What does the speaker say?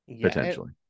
potentially